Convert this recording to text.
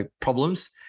problems